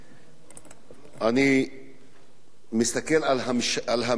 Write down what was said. אני מסתכל על הממשלה הזו,